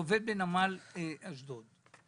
שעובד בנמל אשדוד.